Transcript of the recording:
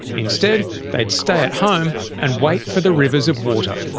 instead they'd stay at home and wait for the rivers of water.